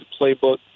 playbook